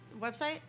website